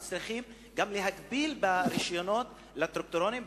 וצריכים גם להגביל את הרשיונות לטרקטורונים,